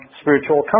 spiritual